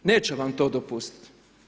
Neće vam to dopustiti.